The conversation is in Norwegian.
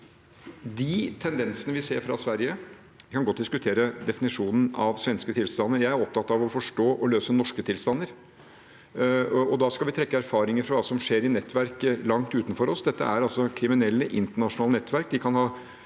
Vi kan godt diskutere definisjonen av svenske tilstander. Jeg er opptatt av å forstå og løse norske tilstander. Da skal vi trekke erfaringer fra det som skjer i nettverk langt utenfor oss. Dette er altså internasjonale kriminelle